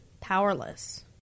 powerless